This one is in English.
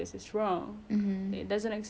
but for now I believe in anything